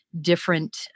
different